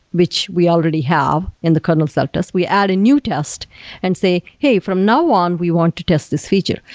which we already have in the kernel self-test. we add a new test and say, say, hey, from now on we want to test this feature.